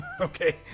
okay